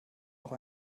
auch